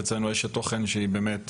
אשת תוכן שהיא באמת